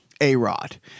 A-Rod